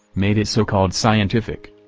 made it so-called scientific.